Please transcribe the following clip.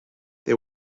they